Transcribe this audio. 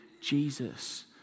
Jesus